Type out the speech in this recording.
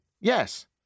Yes